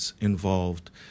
involved